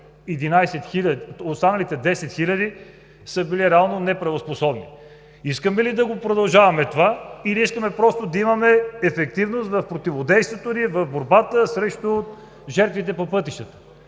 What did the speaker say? останалите 10 хиляди са били реално неправоспособни. Искаме ли да продължаваме това, или искаме да имаме ефективност в противодействието, в борбата срещу жертвите по пътищата?